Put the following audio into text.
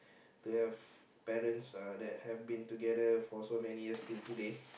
to have parents uh that have been together for so many years till today